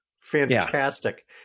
Fantastic